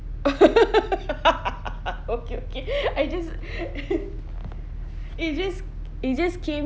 okay okay I just it just it just came